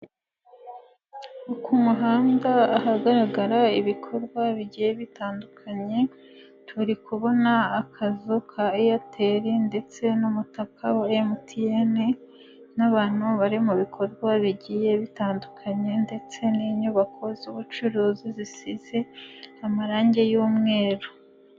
Ku muhanda ahagaragara ibikorwa bigiye bitandukanye turi kubona akazu ka Airtel ndetse n'umutaka wa MTN n'abantu bari mu bikorwa bigiye bitandukanye ndetse n'inyubako z'ubucuruzi zisize amarange y'umweru.